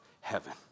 heaven